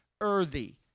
earthy